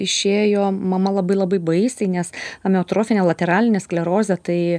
išėjo mama labai labai baisiai nes amiotrofinė lateralinė sklerozė tai